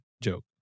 joke